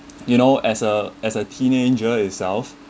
you know as a as a teenager itself